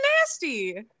nasty